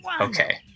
okay